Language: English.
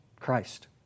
Christ